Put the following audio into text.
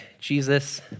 Jesus